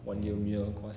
mm